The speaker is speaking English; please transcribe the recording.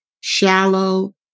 shallow